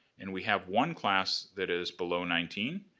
and we have one class that is below nineteen.